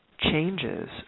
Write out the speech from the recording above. changes